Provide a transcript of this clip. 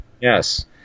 yes